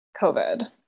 covid